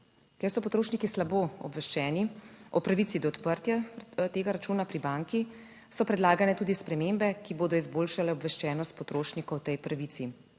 Ker so potrošniki slabo obveščeni o pravici do odprtja tega računa pri banki so predlagane tudi spremembe, ki bodo izboljšale obveščenost potrošnikov o tej pravici.